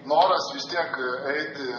noras vis tiek eiti